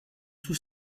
tout